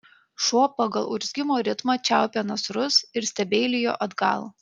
šuo pagal urzgimo ritmą čiaupė nasrus ir stebeilijo atgal